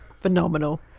phenomenal